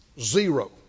Zero